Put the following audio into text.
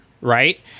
right